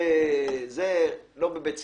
זה לא בבית ספרנו.